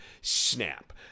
snap